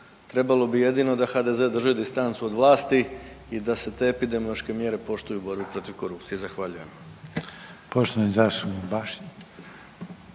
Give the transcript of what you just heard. Trebalo bi jedino da HDZ drži distancu od vlasti i da se te epidemiološke mjere poštuju u borbi protiv korupcije. Zahvaljujem.